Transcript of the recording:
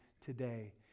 today